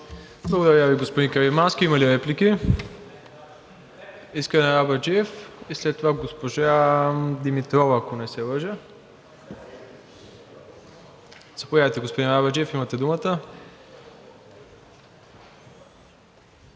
Благодаря, господин Каримански. Има ли реплики? Искрен Арабаджиев и след това госпожа Димитрова, ако не се лъжа. Заповядайте, господин Арабаджиев, имате думата.